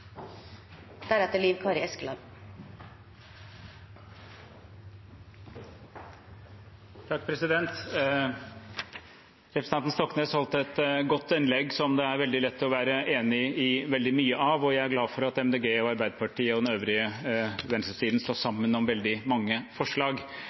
er veldig lett å være enig i veldig mye av, og jeg er glad for at Miljøpartiet De Grønne, Arbeiderpartiet og den øvrige venstresiden står